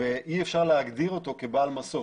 ואי אפשר להגדיר אותו כבעל מסוף.